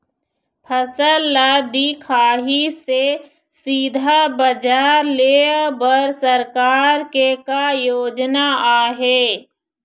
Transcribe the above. फसल ला दिखाही से सीधा बजार लेय बर सरकार के का योजना आहे?